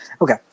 okay